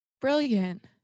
Brilliant